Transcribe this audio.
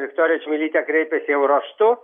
viktorija čmilytė kreipėsi jau raštu